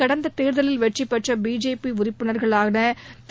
கடந்த தேர்தலில் வெற்றி பெற்ற பிஜேபி உறுப்பினர்களான திரு